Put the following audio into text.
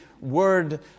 word